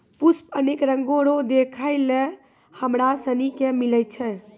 पुष्प अनेक रंगो रो देखै लै हमरा सनी के मिलै छै